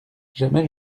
jamais